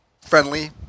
friendly